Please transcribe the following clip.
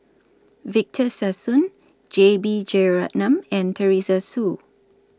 Victor Sassoon J B Jeyaretnam and Teresa Hsu